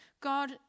God